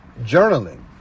journaling